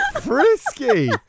Frisky